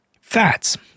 fats